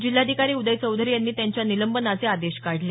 जिल्हाधिकारी उदय चौधरी यांनी त्यांच्या निलंबनाचे आदेश काढले